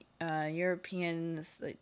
Europeans